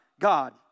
God